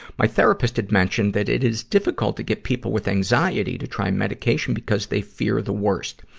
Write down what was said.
my therapist had mentioned that it is difficult to get people with anxiety to try medication because they fear the worst.